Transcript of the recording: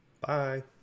Bye